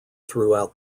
throughout